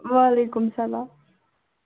وعلیکم اسلام